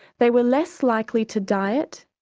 they were less likely to diet,